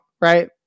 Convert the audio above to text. right